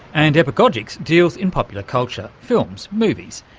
and epagogix deals in popular culture, films, movies.